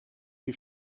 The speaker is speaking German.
die